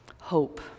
Hope